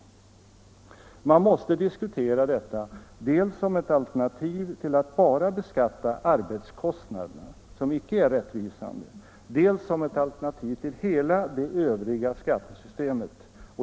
Detta måste diskuteras dels som ett alternativ till att bara beskatta arbetskostnader, vilket inte är rättvisande, dels som ett alternativ till hela det övriga skattesystemet.